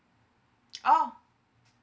oh